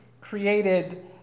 created